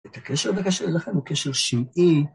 את הקשר בבקשה אליכם הוא קשר שמיעי.